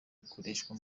gukoreshwa